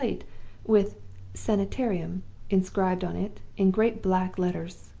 with sanitarium inscribed on it in great black letters.